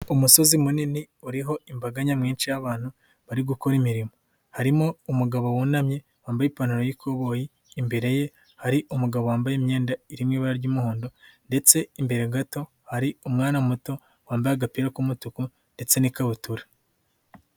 Umusozi munini uriho imbaga nyamwinshi y'abantu bari gukora imirimo, harimo umugabo wunamye wambaye ipantaro y'ikoboyi, imbere ye hari umugabo wambaye imyenda iri mu ibara ry'umuhondo ndetse imbere gato hari umwana muto wambaye agapira k'umutuku ndetse n'ikabutura.